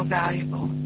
valuable